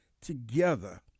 together